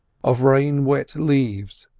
of rain-wet leaves,